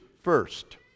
first